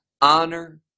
honor